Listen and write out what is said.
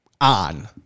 on